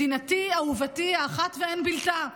מדינתי אהובתי האחת ואין בִּלתה.